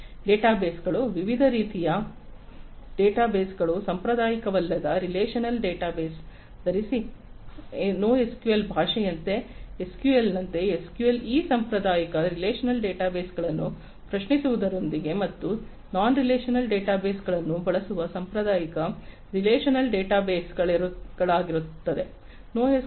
ಡೇಟಾಬೇಸ್ಗಳು ವಿವಿಧ ರೀತಿಯ ಡೇಟಾಬೇಸ್ಗಳು ಸಾಂಪ್ರದಾಯಿಕವಲ್ಲದ ರಿಲೇಶನಲ್ ಡೇಟಾಬೇಸ್ಗಳನ್ನು ಧರಿಸಿ NoSQL ಭಾಷೆಯಂತೆ SQL ನಂತೆ SQL ಈ ಸಾಂಪ್ರದಾಯಿಕ ರಿಲೇಶನಲ್ ಡೇಟಾಬೇಸ್ಗಳನ್ನುಗಳನ್ನು ಪ್ರಶ್ನಿಸುವುದರೊಂದಿಗೆ ಮತ್ತು ನಾನ್ರಿಲೇಶನಲ್ ಡೇಟಾಬೇಸ್ಗಳನ್ನುಗಳನ್ನು ಬಳಸುವ ಸಾಂಪ್ರದಾಯಿಕ ರಿಲೇಶನಲ್ ಡೇಟಾಬೇಸ್ಗಳನ್ನುಗಳಿಗಾಗಿರುತ್ತದೆ